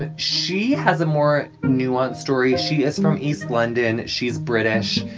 and she has a more nuanced story. she is from east london. she's british.